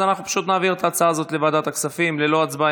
אז פשוט נעביר את ההצעה הזאת לוועדת הכספים ללא הצבעה.